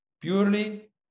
purely